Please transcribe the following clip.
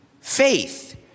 faith